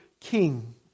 king